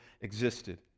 existed